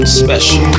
special